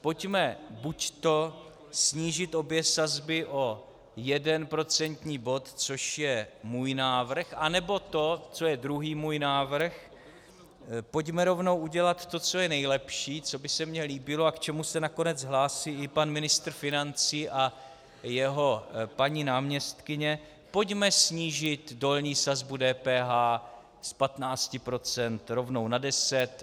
Pojďme buďto snížit obě sazby o jeden procentní bod, což je můj návrh, anebo to, co je druhý můj návrh, pojďme rovnou udělat to, co je nejlepší, co by se mně líbilo a k čemu se nakonec hlásí i pan ministr financí a jeho paní náměstkyně, pojďme snížit dolní sazbu DPH z 15 % rovnou na deset.